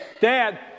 Dad